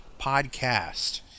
podcast